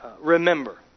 Remember